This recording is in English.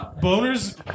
Boner's